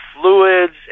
fluids